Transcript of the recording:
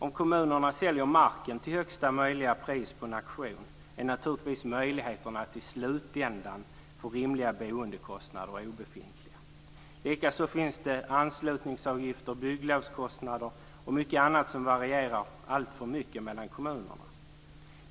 Om kommunerna säljer mark till högsta möjliga pris på en auktion är naturligtvis möjligheterna obefintliga att i slutändan få rimliga boendekostnader. Likaså finns det anslutningsavgifter, bygglovskostnader och mycket annat som alltför mycket varierar mellan kommunerna.